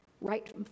Right